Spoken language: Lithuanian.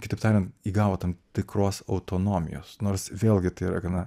kitaip tariant įgautum tikros autonomijos nors vėlgi tai yra gana